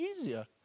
easier